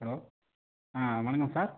hello ஆ வணக்கம்